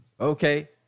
Okay